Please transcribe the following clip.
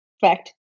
fact